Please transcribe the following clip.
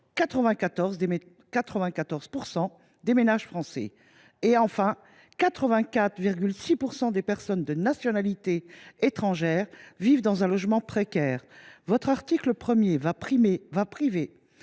94 % des ménages français. Enfin, 84,6 % des personnes de nationalité étrangère vivent dans un logement précaire. L’article 1 privera